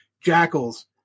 Jackals